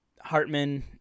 Hartman